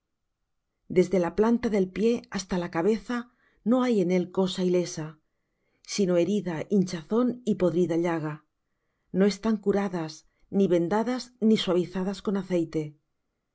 desde la planta del pie hasta la cabeza no hay en él cosa ilesa sino herida hinchazón y podrida llaga no están curadas ni vendadas ni suavizadas con aceite